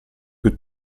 più